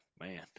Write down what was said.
man